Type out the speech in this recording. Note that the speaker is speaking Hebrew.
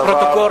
הפרוטוקול